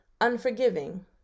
unforgiving